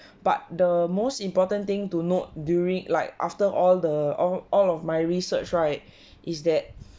but the most important thing to note during like after all the all all of my research right is that